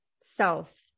self